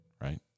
right